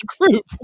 group